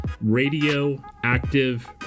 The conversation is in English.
Radioactive